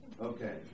Okay